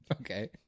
Okay